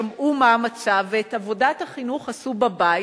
שמעו מה המצב ואת עבודת החינוך עשו בבית,